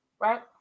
right